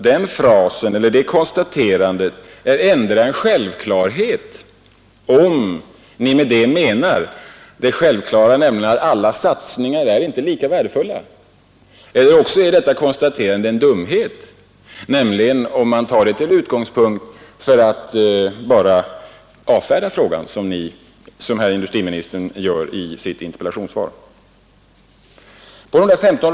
Det konstaterandet är endera en självklarhet, om ni därmed menar att alla satsningar inte är lika värdefulla, eller också — om man tar det som utgångspunkt bara för att avfärda frågan, såsom industriministern gör i sitt interpellationssvar — är det en dumhet.